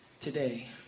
today